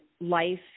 life